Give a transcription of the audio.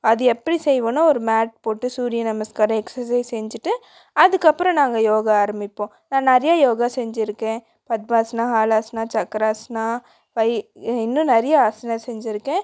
அது எப்படி செய்வோன்னா ஒரு மேட் போட்டு சூரிய நமஸ்காரம் எக்ஸசைஸ் செஞ்சுட்டு அதுக்கப்புறோம் நாங்கள் யோகா ஆரம்மிப்போம் நன் நிறைய யோகா செஞ்சுருக்கேன் பத்மாஸ்னா ஹாலாஸ்னா சக்கராஸ்னா ஃபை இன்னும் நிறைய ஆசனா செஞ்சுருக்கேன்